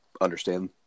understand